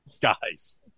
guys